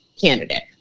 candidate